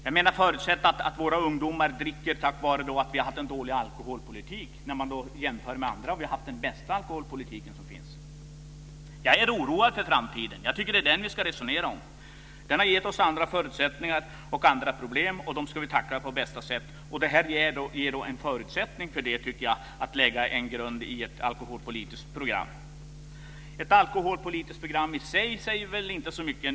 Man kan inte förutsätta att våra ungdomar dricker på grund av att vi har haft en dålig alkoholpolitik när vi jämfört med andra länder har haft den bästa alkoholpolitik som finns. Jag är oroad för framtiden. Jag tycker att det är den som vi ska resonera om. Den har gett oss andra förutsättningar och andra problem, och dem ska vi tackla på bästa sätt. Att man lägger en grund i ett alkoholpolitiskt program tycker jag ger en förutsättning för det. Ett alkoholpolitiskt program i sig säger väl inte så mycket.